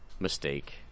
mistake